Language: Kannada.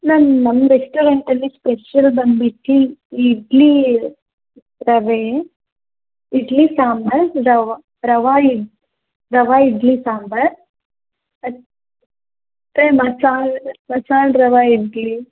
ಮ್ಯಾಮ್ ನಮ್ಮದು ರೆಸ್ಟೋರೆಂಟಲ್ಲಿ ಸ್ಪೆಷಲ್ ಬಂದ್ಬಿಟ್ಟು ಇಡ್ಲಿ ರವೆ ಇಡ್ಲಿ ಸಾಂಬಾರು ರವೆ ರವೆ ಇಡ್ ರವೆ ಇಡ್ಲಿ ಸಾಂಬಾರು ಮತ್ತು ಮಸಾಲೆ ಮಸಾಲೆ ರವೆ ಇಡ್ಲಿ